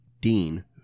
Dean